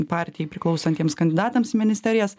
partijai priklausantiems kandidatams į ministerijas